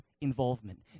involvement